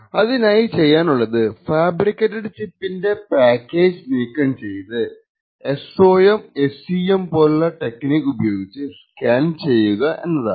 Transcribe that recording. അതിനായി ചെയ്യാനുള്ളത് ഫാബ്രിക്കേറ്റെഡ് ചിപ്പിന്റെ പാക്കേജ് നീക്കം ചെയ്ത് SOM SEM പോലുള്ള ടെക്നിക്ക് ഉപയോഗിച്ച് സ്കാൻ ചെയ്യുക എന്നതാണ്